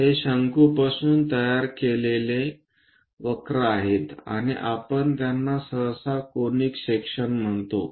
हे शंकूपासून तयार केलेले वक्र आहेत आणि आपण त्यांना सहसा कॉनिक सेकशन म्हणतो